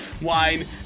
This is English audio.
wine